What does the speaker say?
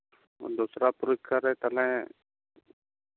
ᱫᱚᱥᱨᱟ ᱯᱚᱨᱤᱠᱠᱷᱟ ᱨᱮ ᱛᱟᱞᱦᱮ